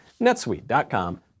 NetSuite.com